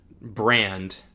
brand